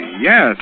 yes